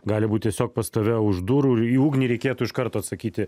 gali būt tiesiog pas tave už durų ir į ugnį reikėtų iš karto atsakyti